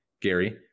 Gary